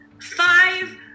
five